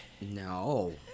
No